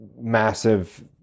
massive